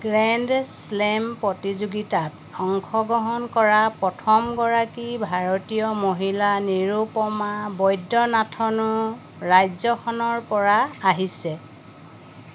grand slam প্ৰতিযোগিতাত অংশগ্ৰহণ কৰা প্ৰথমগৰাকী ভাৰতীয় মহিলা নিৰুপমা বৈদ্যনাথনো ৰাজ্যখনৰ পৰা আহিছে